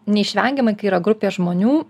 neišvengiamai kai yra grupė žmonių